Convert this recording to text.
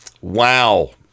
Wow